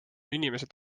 inimesed